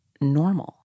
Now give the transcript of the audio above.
normal